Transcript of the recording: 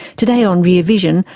today on rear vision,